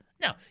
No